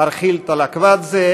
ארכילטו לקבדזה,